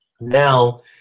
now